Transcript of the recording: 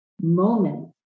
moment